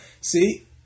See